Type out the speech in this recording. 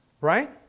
Right